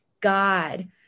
God